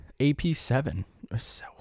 AP7